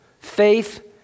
faith